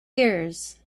years